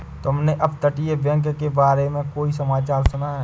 तुमने अपतटीय बैंक के बारे में कोई समाचार सुना है?